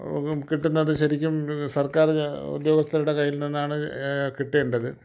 ഓ കിട്ടുന്നത് ശരിക്കും സർക്കാർ ഉദ്യോഗസ്ഥരുടെ കയ്യിൽ നിന്നാണ് കിട്ടേണ്ടത്